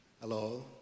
Hello